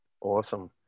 Awesome